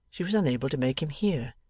she was unable to make him hear.